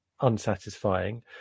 unsatisfying